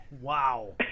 Wow